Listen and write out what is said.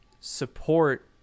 support